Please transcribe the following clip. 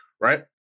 right